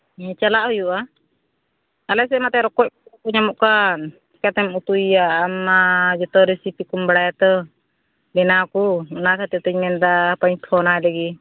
ᱦᱮᱸ ᱪᱟᱞᱟᱜ ᱦᱩᱭᱩᱜᱼᱟ ᱟᱞᱮ ᱥᱮᱫ ᱢᱟ ᱮᱱᱛᱮᱫ ᱨᱚᱠᱚᱡ ᱵᱟᱠᱚ ᱧᱟᱢᱚᱜ ᱠᱟᱱ ᱪᱤᱠᱟᱹᱛᱮᱢ ᱩᱛᱩᱭᱮᱭᱟ ᱟᱢ ᱢᱟ ᱡᱚᱛᱚ ᱨᱮᱥᱤᱯᱤ ᱠᱚᱢ ᱵᱟᱲᱟᱭᱟ ᱛᱚ ᱵᱮᱱᱟᱣ ᱠᱚ ᱚᱱᱟ ᱠᱷᱟᱹᱛᱤᱨ ᱛᱤᱧ ᱢᱮᱱ ᱮᱫᱟ ᱦᱟᱯᱤᱧ ᱯᱷᱳᱱᱟᱭ ᱞᱮᱜᱮ